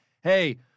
hey